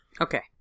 Okay